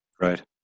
right